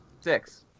Six